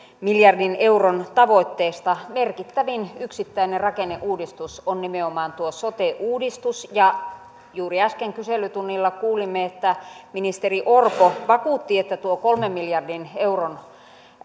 miljardin euron tavoitteesta merkittävin yksittäinen rakenneuudistus on nimenomaan tuo sote uudistus ja juuri äsken kyselytunnilla kuulimme kun ministeri orpo vakuutti että tuo kolmen miljardin euron